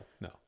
no